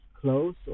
close